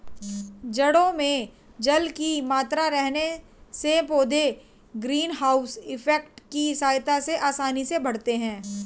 जड़ों में जल की मात्रा रहने से पौधे ग्रीन हाउस इफेक्ट की सहायता से आसानी से बढ़ते हैं